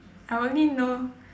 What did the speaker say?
I only know